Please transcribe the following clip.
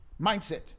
Mindset